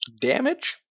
damage